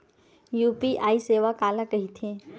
UPI सेवा काला कइथे?